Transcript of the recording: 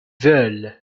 veulent